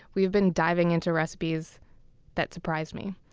we've been diving into recipes that surprise me.